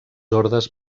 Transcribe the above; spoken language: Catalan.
ordes